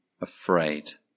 afraid